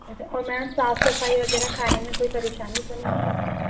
اچھا اور میم صاف صفائی وغیرہ کھانے میں کوئی پریشانی تو نہیں ہے اس میں